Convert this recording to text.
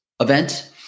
event